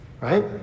right